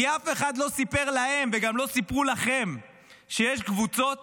כי אף אחד לא סיפר להם וגם לא סיפרו לכם שיש קבוצות